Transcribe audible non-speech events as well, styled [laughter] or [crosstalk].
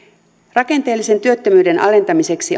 rakenteellisen työttömyyden alentamiseksi [unintelligible]